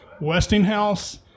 Westinghouse